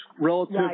relative